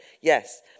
Yes